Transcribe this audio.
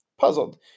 Puzzled